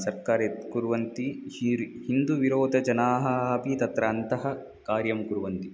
सर्वकारः यत् कुर्वन्ति हीरि हिन्दुविरोधजनाः अपि तत्र अन्तः कार्यं कुर्वन्ति